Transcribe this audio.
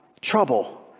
trouble